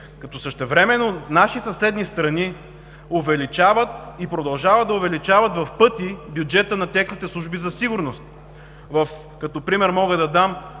Същевременно наши съседни страни увеличават и продължават да увеличават в пъти бюджета на техните служби за сигурност. Като пример мога да дам